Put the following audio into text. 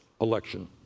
election